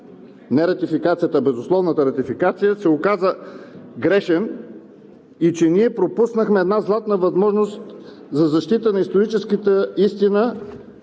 тогава на безусловната ратификация се оказа грешен и че ние пропуснахме една златна възможност за защита на историческата истина,